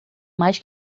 mais